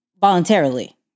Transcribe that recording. voluntarily